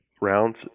rounds